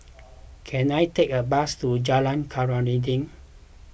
can I take a bus to Jalan Khairuddin